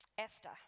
Esther